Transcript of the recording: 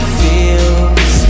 feels